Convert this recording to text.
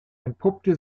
entpuppte